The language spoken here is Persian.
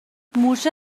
مورچه